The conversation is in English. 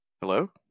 Hello